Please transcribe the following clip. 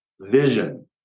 vision